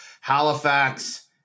Halifax